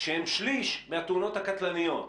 שהם שליש מהתאונות הקטלניות.